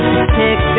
Pick